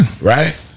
right